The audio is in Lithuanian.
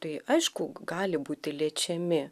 tai aišku gali būti liečiami